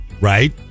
Right